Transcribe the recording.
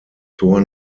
tor